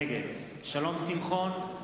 נגד שלום שמחון,